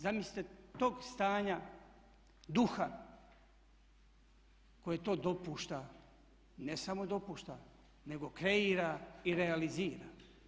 Zamislite tog stanja duha koji to dopušta, ne samo dopušta nego kreira i realizira?